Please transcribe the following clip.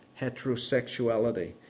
heterosexuality